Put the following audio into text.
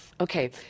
Okay